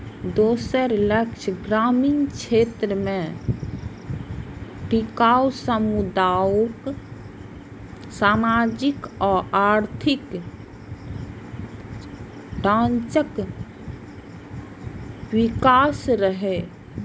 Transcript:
दोसर लक्ष्य ग्रामीण क्षेत्र मे टिकाउ सामुदायिक, सामाजिक आ आर्थिक ढांचाक विकास रहै